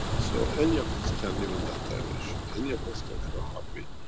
so, any of us can live in that dimension. any of us can have a heartbeat.